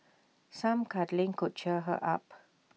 some cuddling could cheer her up